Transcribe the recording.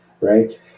Right